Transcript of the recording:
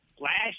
Last